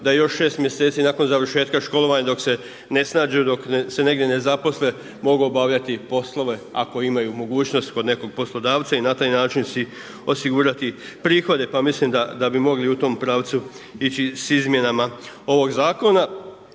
da još 6 mj. nakon završetka školovanja, dok se ne snađu, dok se negdje ne zaposle mogu obavljati poslove, ako imaju mogućnost kod nekog poslodavca i na taj način si osigurati prihode, pa mislim da bi mogli u tom pravcu ići s izmjenama ovog zakona.